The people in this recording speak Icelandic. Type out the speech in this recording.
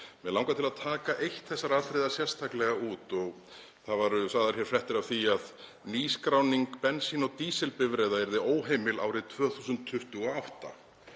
Mig langar að taka eitt þessara atriða sérstaklega út. Það voru sagðar fréttir af því að nýskráning bensín- og dísilbifreiða yrði óheimil árið 2028.